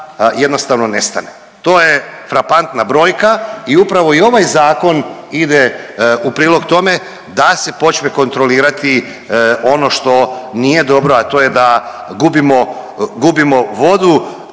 jednostavno nestane. To je frapantna brojka i upravo i ovaj Zakon ide u prilog tome da se počme kontrolirati ono što nije dobro, a to je da gubimo vodu,